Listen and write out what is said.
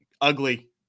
ugly